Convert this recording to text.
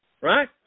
Right